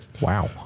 Wow